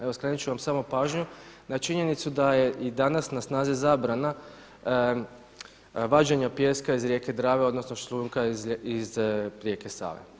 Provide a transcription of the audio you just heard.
Evo skrenut ću vam samo pažnju na činjenicu da je i danas na snazi zabrana vađenja pijeska iz rijeke Drave odnosno šljunka iz rijeke Save.